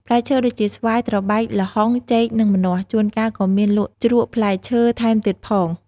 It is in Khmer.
ផ្លែឈើ ដូចជា ស្វាយ ត្របែក ល្ហុង ចេក និងម្នាស់។ ជួនកាលក៏មានលក់ជ្រក់ផ្លែឈើថែមទៀតផង។